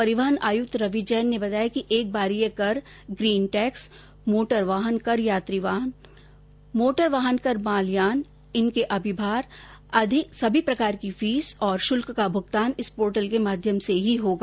परिवहन आयुक्त रवि जैन ने बताया कि एक बारीय कर ग्रीन टेक्स मोटर वाहन कर यात्री यान मोटर वाहन कर माल यान इनके अधिभार सभी प्रकार की फीस और शुल्क का भुगतान इस पोर्टल के माध्यम से ही होगा